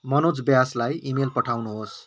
मनोज व्यासलाई ईमेल पठाउनुहोस्